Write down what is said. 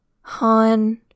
Han